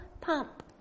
pump